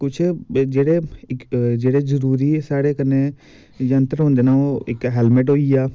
ते पिच्छें जेह्ड़े जरूरी साढ़े कन्नै यंत्र होंदे न ओह् इक्कै हेलमेट होइया